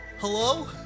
Hello